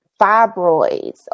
fibroids